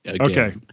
Okay